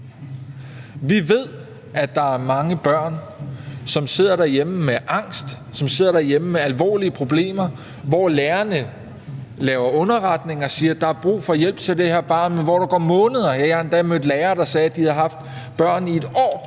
Vi ved, at der er mange børn, som sidder derhjemme med angst, og som sidder derhjemme med alvorlige problemer, hvor lærerne laver underretninger og siger: Der er brug for hjælp til det her barn – men hvor der går måneder. Jeg har endda mødt lærere, der har sagt, at de havde haft børn i et år,